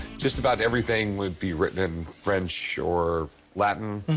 just about everything would be written in french or latin,